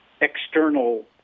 external